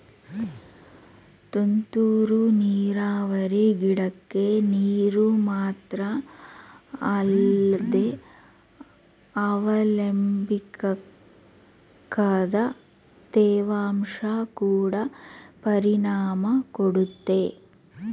ತುಂತುರು ನೀರಾವರಿ ಗಿಡಕ್ಕೆ ನೀರು ಮಾತ್ರ ಅಲ್ದೆ ಅವಕ್ಬೇಕಾದ ತೇವಾಂಶ ಕೊಡ ಪರಿಣಾಮ ಕೊಡುತ್ತೆ